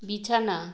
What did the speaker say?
বিছানা